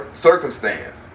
circumstance